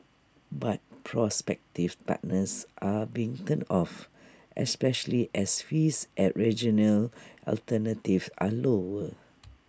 but prospective partners are being turned off especially as fees at regional alternatives are lower